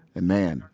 and man,